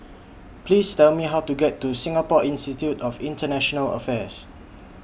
Please Tell Me How to get to Singapore Institute of International Affairs